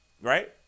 Right